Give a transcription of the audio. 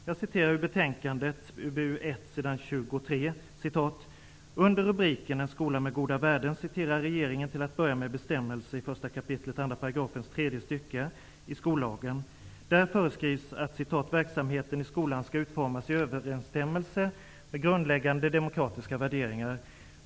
Jag citerar ur betänkandet , UbU1, sid citerar regeringen till att börja med bestämmelsen i 1 kap. 2 § tredje stycket skollagen --. Där föreskrivs att `verksamheten i skolan skall utformas i överenstämmelse med grundläggande demokratiska värderingar.